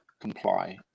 comply